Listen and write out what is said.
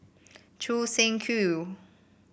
Choo Seng Quee